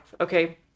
Okay